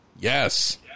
Yes